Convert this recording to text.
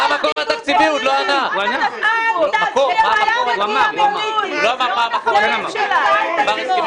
--- אם השתמע פה כאילו יש התקפה